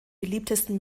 beliebtesten